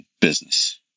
business